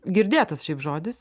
girdėtas šiaip žodis